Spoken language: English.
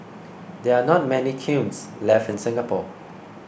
there are not many kilns left in Singapore